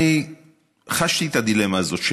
אני חשתי את הדילמה הזאת.